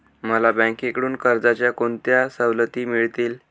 मला बँकेकडून कर्जाच्या कोणत्या सवलती मिळतील?